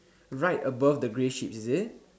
right above the grey sheeps is it